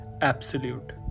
absolute